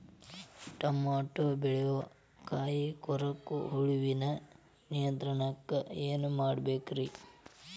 Tomato ಬೆಳೆಯ ಕಾಯಿ ಕೊರಕ ಹುಳುವಿನ ನಿಯಂತ್ರಣಕ್ಕ ಏನ್ ಮಾಡಬೇಕ್ರಿ?